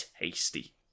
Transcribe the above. tasty